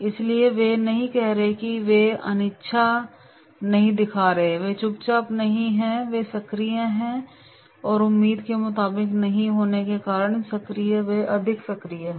इसलिए वे नहीं कह रहे हैं वे अनिच्छा नहीं दिखा रहे हैं वे चुप नहीं हैं वे सक्रिय हैं और वे उम्मीद के मुताबिक नहीं होने के अनुसार सक्रिय हैं वे अति सक्रिय नहीं हैं